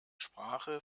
sprache